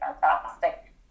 fantastic